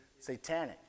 satanic